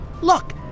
Look